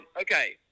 Okay